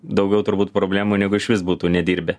daugiau turbūt problemų negu išvis būtų nedirbę